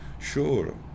Sure